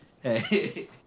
Hey